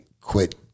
quit